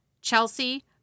Chelsea